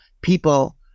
people